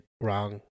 wrong